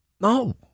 No